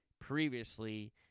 previously